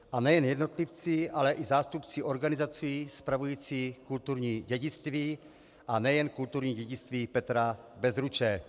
A nejen jednotlivci, ale i zástupci organizací spravujících kulturní dědictví, a nejen kulturní dědictví Petra Bezruče.